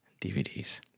DVDs